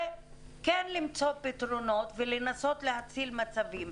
וכן למצוא פתרונות, ולנסות להציל מצבים.